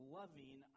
loving